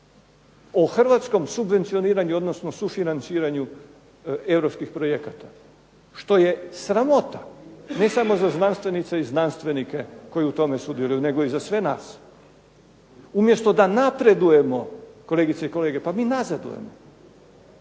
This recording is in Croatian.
o hrvatskom subvencioniranju odnosno sufinanciranju europskih projekata što je sramota, ne samo za znanstvenice i znanstvenike koji u tome sudjeluju nego i za sve nas. Umjesto da napredujemo, kolegice i kolege, pa mi nazadujemo.